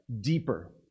deeper